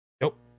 nope